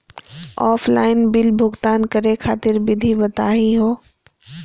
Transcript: Offline bill भुगतान करे खातिर विधि बताही हो?